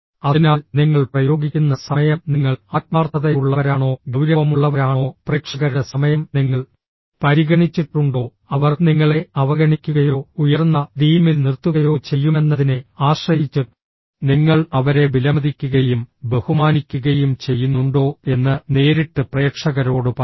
അതിനാൽ നിങ്ങൾ പ്രയോഗിക്കുന്ന സമയം നിങ്ങൾ ആത്മാർത്ഥതയുള്ളവരാണോ ഗൌരവമുള്ളവരാണോ പ്രേക്ഷകരുടെ സമയം നിങ്ങൾ പരിഗണിച്ചിട്ടുണ്ടോ അവർ നിങ്ങളെ അവഗണിക്കുകയോ ഉയർന്ന ടീമിൽ നിർത്തുകയോ ചെയ്യുമെന്നതിനെ ആശ്രയിച്ച് നിങ്ങൾ അവരെ വിലമതിക്കുകയും ബഹുമാനിക്കുകയും ചെയ്യുന്നുണ്ടോ എന്ന് നേരിട്ട് പ്രേക്ഷകരോട് പറയും